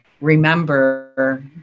remember